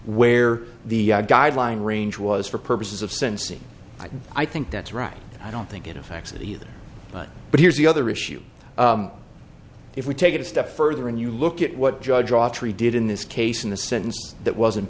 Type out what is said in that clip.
where the guideline range was for purposes of sensi i think that's right and i don't think it affects it either but here's the other issue if we take it a step further and you look at what judge autrey did in this case in the sentence that was